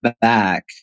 back